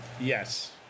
Yes